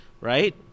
right